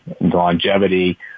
longevity